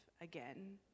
again